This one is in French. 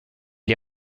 est